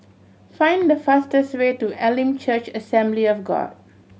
find the fastest way to Elim Church Assembly of God